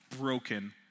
broken